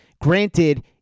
granted